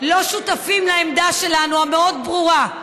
לא שותפים לעמדה שלנו, המאוד-ברורה,